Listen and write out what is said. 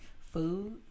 food